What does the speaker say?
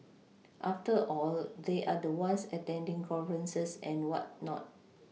after all they are the ones attending conferences and whatnot